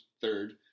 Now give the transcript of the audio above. third